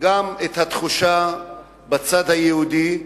גם את התחושה בצד היהודי,